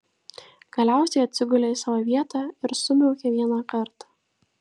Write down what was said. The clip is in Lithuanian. galiausiai atsigulė į savo vietą ir sumiaukė vieną kartą